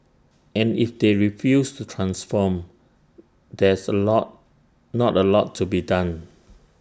and if they refuse to transform there's A lot not A lot to be done